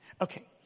Okay